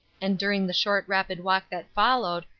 and during the short rapid walk that followed,